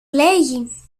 λέγει